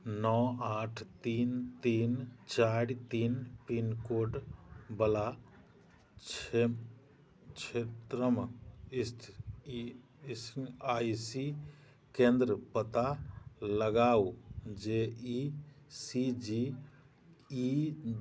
नओ आठ तीन तीन चारि तीन पिन कोडवला क्षेत्र क्षेत्रमे स्थित ई एस आइ सी केन्द्र पता लगाउ जे ई सी जी ई